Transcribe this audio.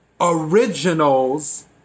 originals